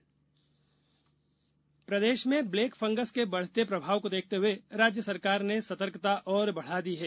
black fungus ward प्रदेश में black fungus के बढ़ते प्रभाव को देखते हुए राज्य सरकार ने सतर्कता और बढ़ा दी है